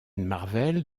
marvel